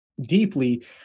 deeply